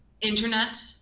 internet